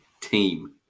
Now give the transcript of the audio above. Team